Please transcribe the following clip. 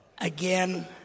Again